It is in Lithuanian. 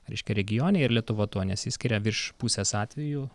reiškia regione ir lietuva tuo nesiskiria virš pusės atvejų